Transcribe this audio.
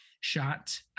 shot